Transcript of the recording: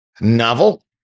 novel